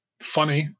funny